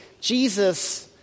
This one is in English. Jesus